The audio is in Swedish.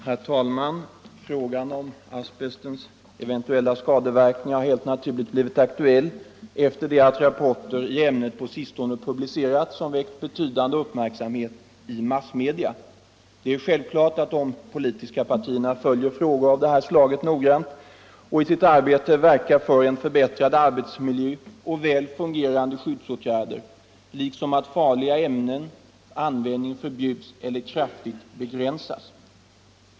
Herr talman! Frågan om asbestens eventuella skadeverkningar har helt naturligt blivit aktuell efter det att rapporter i ämnet på sistone publicerats, som väckt betydande uppmärksamhet i massmedia. Det är självklart att de politiska partierna följer frågor av detta slag noggrant och i sitt arbete verkar för förbättrad arbetsmiljö och väl fungerande skyddsåtgärder, lik som att farliga ämnens användning förbjuds eller kraftigt begränsas.